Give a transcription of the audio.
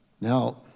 Now